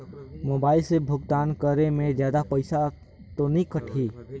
Mobile से भुगतान करे मे जादा पईसा तो नि कटही?